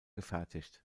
gefertigt